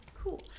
Cool